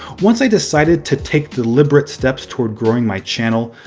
once i decided to take deliberate steps toward growing my channel,